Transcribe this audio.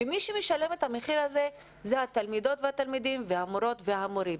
ומי שמשלם את המחיר הזה זה התלמידות והתלמידים והמורות המורים.